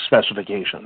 specifications